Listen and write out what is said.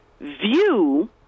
view